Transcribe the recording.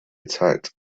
attacked